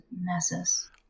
Nessus